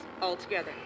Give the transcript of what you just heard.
altogether